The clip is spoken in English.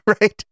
Right